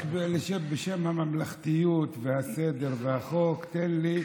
רק בשם הממלכתיות, הסדר והחוק, תן לי: